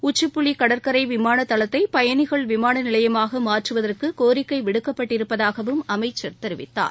உச்சிப்புலிகடற்கரைவிமானதளத்தைபயணிகள் விமானநிலையமாகமாற்றுவதற்குகோரிக்கைவிடுக்கப்பட்டிருப்பதாகவும் அமைச்சர் தெரிவித்தார்